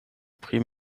pri